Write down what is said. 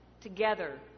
together